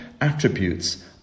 attributes